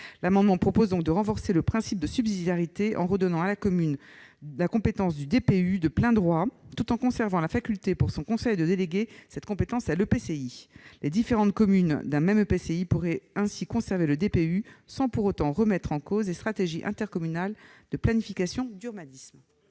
l'amendement vise à renforcer le principe de subsidiarité, en redonnant à la commune la compétence du DPU de plein droit, tout en conservant la faculté, pour le conseil municipal, de déléguer cette compétence à l'EPCI. Les différentes communes d'un même EPCI pourraient ainsi conserver le DPU sans pour autant remettre en cause les stratégies intercommunales de planification d'urbanisme.